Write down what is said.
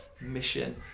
mission